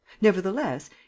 nevertheless